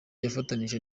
yafatanije